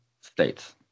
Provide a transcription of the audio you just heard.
states